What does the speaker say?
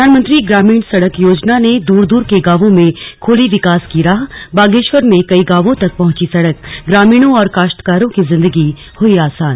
प्रधानमंत्री ग्रामीण सड़क योजना ने दूर दूर के गांवों में खोली विकास की राहबागेश्वर में कई गांवोग तक पहुंची सड़कग्रामीणों और काश्तकारों की जिन्दगी हुई आसान